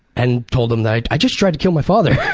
and told them that i just tried to kill my father.